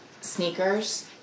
sneakers